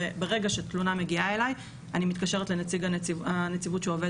ברגע שהתלונה מגיעה אליי אני מתקשרת לנציג נציבות שעובד